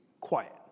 quiet